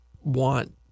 want